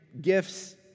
gifts